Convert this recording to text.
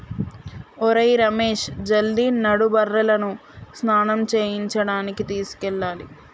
ఒరేయ్ రమేష్ జల్ది నడు బర్రెలను స్నానం చేయించడానికి తీసుకెళ్లాలి